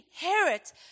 inherit